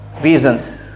reasons